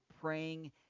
praying